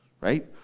right